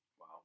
Wow